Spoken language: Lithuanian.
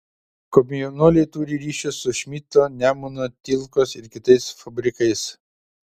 komjaunuoliai turi ryšius su šmidto nemuno tilkos ir kitais fabrikais